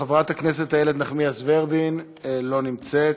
חברת הכנסת איילת נחמיאס ורבין, אינה נוכחת.